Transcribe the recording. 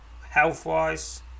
Health-wise